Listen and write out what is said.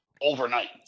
overnight